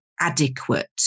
adequate